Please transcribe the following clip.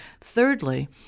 Thirdly